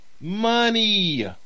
Money